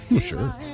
sure